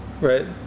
Right